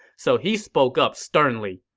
so he spoke up sternly.